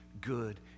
good